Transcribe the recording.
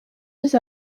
dix